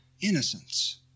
innocence